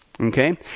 Okay